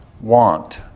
want